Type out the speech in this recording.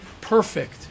perfect